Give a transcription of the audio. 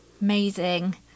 amazing